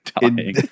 dying